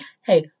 hey